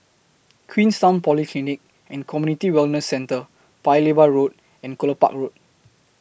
Queenstown Polyclinic and Community Wellness Centre Paya Lebar Road and Kelopak Road